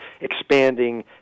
expanding